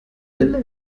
will